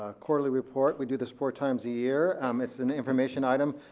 ah quarterly report. we do this four times a year. um it's an information item,